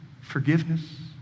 forgiveness